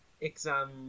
exam